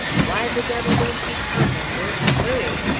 why the devil don't you come, enders? hurry!